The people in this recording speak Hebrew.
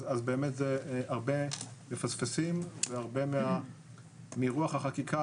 אז באמת הרבה מפספסים והרבה מרוח החקיקה